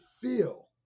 feel